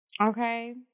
Okay